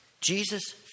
Jesus